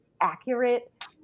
accurate